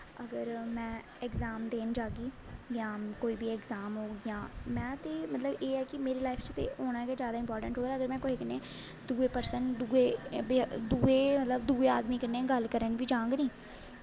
अगर में अग़जाम देन जाह्गी जां कोई बी अगज़ाम होग जां में एह्दा मतलब ऐ कि मेरी लाईफ च होना गै चाहिदा इंपार्टैंट और अगर में दुऐ परसन दुऐ आदमी कन्नै गल्ल करन बी जाह्ङ नी